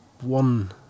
one